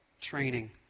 training